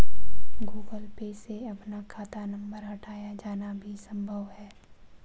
Google Pay से अपना खाता नंबर हटाया जाना भी संभव है